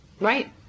Right